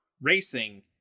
racing